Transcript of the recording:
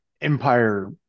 empire